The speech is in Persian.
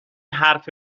حرف